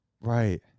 Right